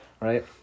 right